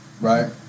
right